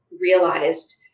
realized